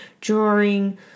drawing